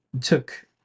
took